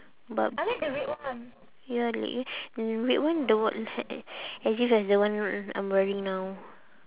but ya and the red one the one as if as the one I'm wearing now